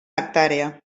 hectàrea